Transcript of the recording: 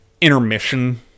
intermission